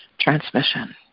transmission